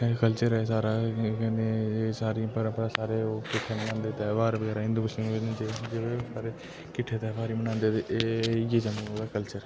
culture ऐ सारा सारी परम्परा सारे ओह् किट्ठे मनादे धेआर बगैरा हिन्दू मुस्लिम जेह्ड़े सारे किट्ठे धेआर मनांदे ते इ'यै जम्मू दा कल्चर